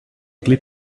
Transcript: clip